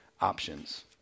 options